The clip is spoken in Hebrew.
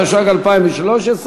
התשע"ג 2013,